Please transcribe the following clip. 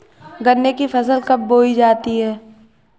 गन्ने की फसल कब बोई जाती है?